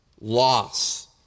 loss